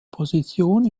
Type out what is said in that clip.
position